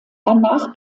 danach